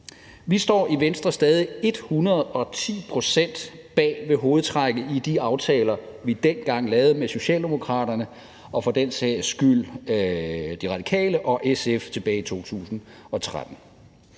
Vi står i Venstre stadig 110 pct. bag hovedtrækkene i de aftaler, vi dengang, tilbage i 2013, lavede med Socialdemokraterne og for den sags skyld De Radikale og SF. Nuvel.